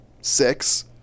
six